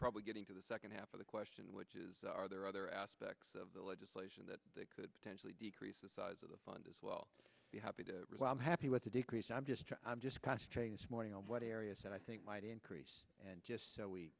probably getting to the second half of the question which is are there other aspects of the legislation that could potentially decrease the size of the fund as well be happy to real i'm happy with the decrease i'm just i'm just concentrating this morning on what areas that i think might increase and just so we